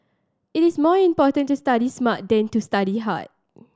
it is more important to study smart than to study hard